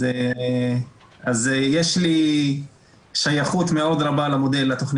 אז יש לי שייכות מאוד רבה לתכנית,